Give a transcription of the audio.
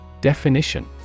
Definition